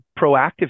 proactive